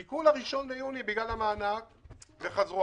חיכו ל-1 ביוני בגלל המענק וחזרו.